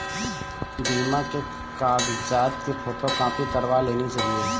बीमा के कागजात की फोटोकॉपी करवा लेनी चाहिए